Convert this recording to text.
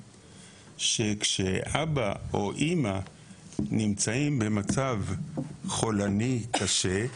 שכשאבא או אימא נמצאים במצב חולני קשה,